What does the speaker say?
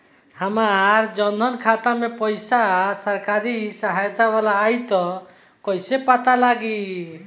हमार जन धन खाता मे पईसा सरकारी सहायता वाला आई त कइसे पता लागी?